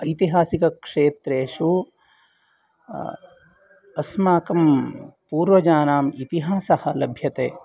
ऐतिहासिकक्षेत्रेषु अस्माकं पूर्वजानाम् इतिहासः लभ्यते